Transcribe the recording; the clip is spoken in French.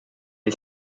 est